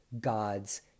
God's